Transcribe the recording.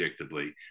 predictably